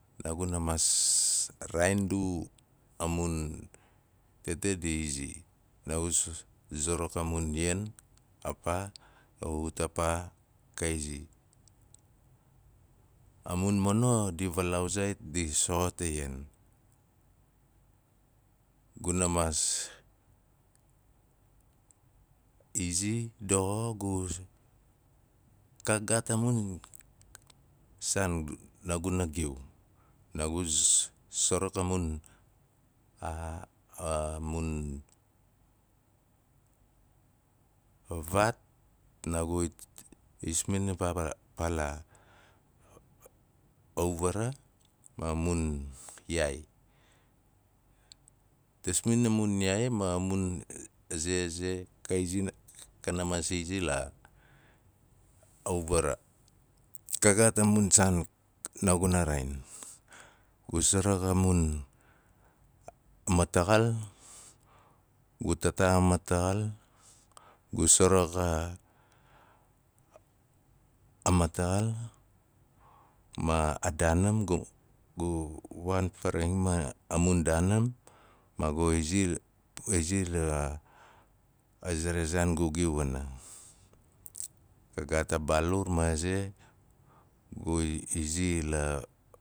Naaguna maas raain du a mun atete di izi, naagun suruk a mun a mun ian a paa, ka ut a paa, ka izi. A mun mono di valaau zaait, di soxot a ian. Guna maas izi doxo gu ka gaat a mun saan naaguna giu. Naaga s- suruk a mun a mun, a vaat naagu asmin a paa la auvara ma mun yaa. Tasmin a mun yaai maa a mun aze, aze kana izi- ka kana maas izi laa auvara. Ka gaat a mu saan naagun raain, gu sarak a mataxal, gu ta- taa a mataxal, gu surux a, mataxal ma a daanim ma a gui izi, a izi la- aze ra zaan gu giu wana. Ka gaat a baalur ma ze, gui izi la